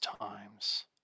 times